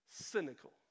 Cynical